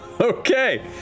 Okay